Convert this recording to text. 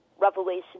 revelation